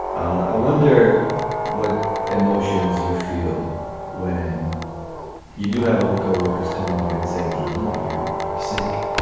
i wonder what emotions you feel when you do have other co-workers coming to you and saying, lower your you're sick.